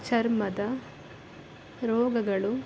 ಚರ್ಮದ ರೋಗಗಳು